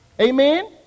Amen